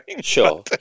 Sure